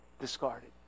discarded